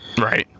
Right